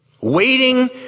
Waiting